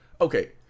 okay